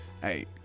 Hey